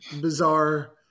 bizarre